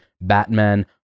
Batman